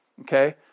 okay